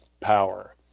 power